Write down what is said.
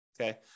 Okay